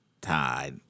Tide